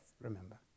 remember